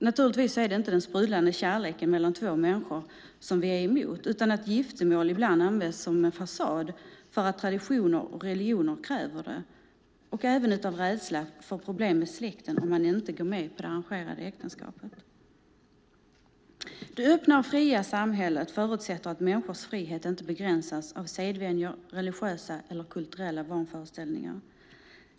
Naturligtvis är det inte den sprudlande kärleken mellan två människor som vi är emot utan att giftermål ibland används som en fasad för att tradition och religion kräver det och även av rädsla för att få problem med släkten om man inte går med på det arrangerade äktenskapet. Det öppna och fria samhället förutsätter att människors frihet inte begränsas av sedvänjor och religiösa eller kulturella vanföreställningar.